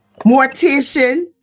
mortician